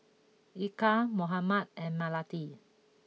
Eka Muhammad and Melati